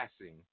passing